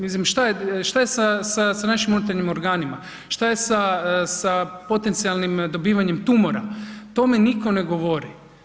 Mislim šta je sa našim unutarnjim organima, šta je sa potencijalnim dobivanjem tumora, o tome niko ne govori.